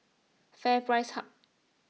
FairPrice Hub